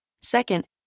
Second